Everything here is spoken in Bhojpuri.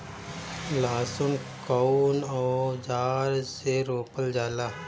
लहसुन कउन औजार से रोपल जाला?